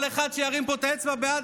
כל אחד שירים פה את האצבע בעד,